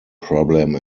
problem